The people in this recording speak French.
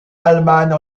allemagne